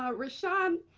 ah rashan,